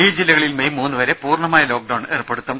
ഈ ജില്ലകളിൽ മെയ് മൂന്ന് വരെ പൂർണ്ണമായ ലോക്ഡൌൺ ഏർപ്പെടുത്തും